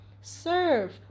Serve